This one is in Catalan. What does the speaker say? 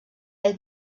ell